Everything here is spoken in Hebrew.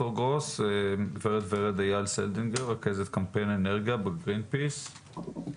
ורד איל-סלדינגר, רכזת קמפיין אנרגיה בגרינפיס.